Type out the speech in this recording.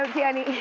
um danny,